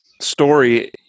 story